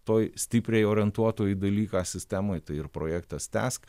toj stipriai orientuotoj į dalyką sistemoj tai ir projektas tęsk